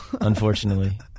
Unfortunately